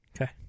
Okay